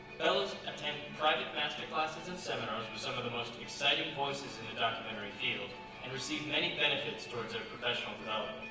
fellows attend project master classes and seminars with some of the most exciting voices in the documentary field and receive many benefits towards their professional but